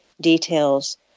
Details